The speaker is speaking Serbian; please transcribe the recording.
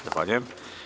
Zahvaljujem.